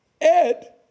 Ed